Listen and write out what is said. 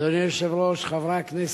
אדוני היושב-ראש, חברי הכנסת,